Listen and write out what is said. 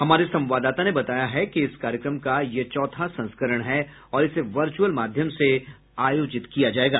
हमारे संवाददाता ने बताया है कि इस कार्यक्रम का यह चौथा संस्करण है और इसे वर्चुअल माध्यम से आयोजित किया जाएगा